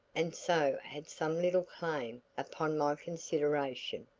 and so had some little claim upon my consideration,